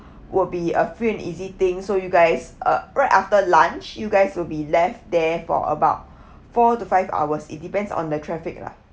will be a free and easy thing so you guys uh right after lunch you guys will be left there for about four to five hours it depends on the traffic lah